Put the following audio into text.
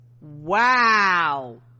wow